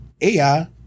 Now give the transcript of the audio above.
AI